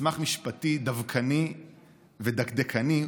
מסמך משפטי דווקני ודקדקני,